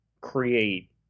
create